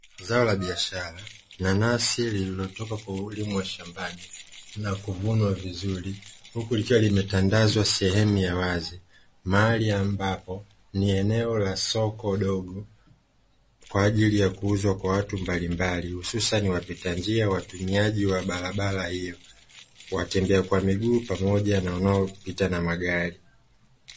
Zao la biashara nanasi lililotoka kulimwa shambani na kuvunwa vizuri huku likiwa limetandazwa sehemu ya wazi mahali ambapo ni eneo la soko dogo kwa ajili ya kuuzwa kwa watu mbalimbali hususani wapita njia, watumiaji wa barabara hiyo, watembea kwa miguu pamoja na wanaopita na magari.